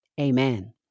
Amen